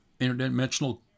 interdimensional